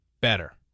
better